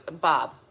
Bob